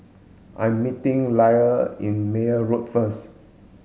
I'm meeting Liller in Meyer Road first